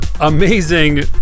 amazing